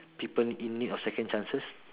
people in need of second chances